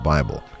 Bible